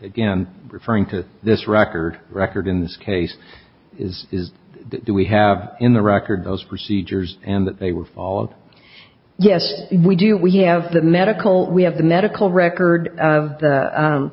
again referring to this record record in this case is that we have in the record those procedures and that they were followed yes we do we have the medical we have the medical record